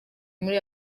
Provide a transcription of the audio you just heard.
muri